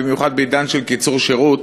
במיוחד בעידן של קיצור שירות,